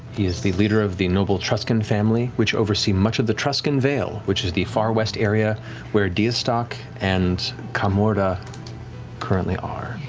is the leader of the noble truscan family, which oversee much of the truscan vale, which is the far-west area where deastok and kamordah currently are.